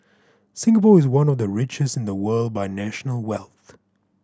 Singapore is one of the richest in the world by national wealth